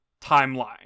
timeline